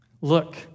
Look